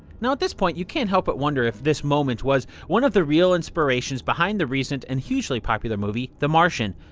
this point, you can't help but wonder if this moment was one of the real inspirations behind the recent and hugely popular movie, the martian.